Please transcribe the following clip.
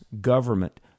government